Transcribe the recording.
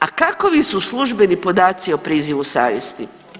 A kakovi su službeni podaci o prizivu savjesti?